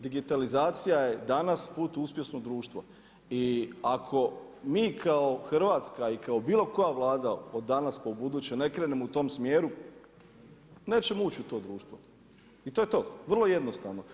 Digitalizacija je danas put u uspješno društvo i ako mi kao Hrvatska i kao bilo koja Vlada od danas pa u buduće ne krenemo u tom smjeru nećemo ući u to društvo i to je to, vrlo jednostavno.